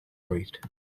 rate